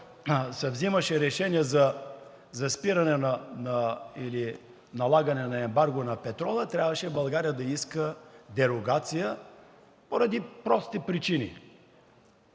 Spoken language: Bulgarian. се взимаше решение за спиране или налагане на ембарго на петрола, трябваше България да иска дерогация поради прости причини.